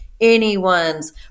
anyone's